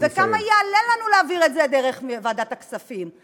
וכמה יעלה לנו להעביר את זה דרך ועדת הכספים?